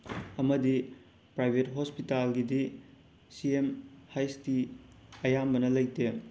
ꯑꯃꯗꯤ ꯄ꯭ꯔꯥꯏꯕꯦꯠ ꯍꯣꯁꯄꯤꯇꯥꯜꯒꯤꯗꯤ ꯁꯤ ꯑꯦꯝ ꯍꯩꯁ ꯇꯤ ꯑꯌꯥꯝꯕꯅ ꯂꯩꯇꯦ